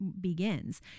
begins